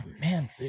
man